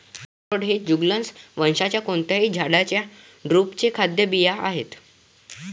अक्रोड हे जुगलन्स वंशाच्या कोणत्याही झाडाच्या ड्रुपचे खाद्य बिया आहेत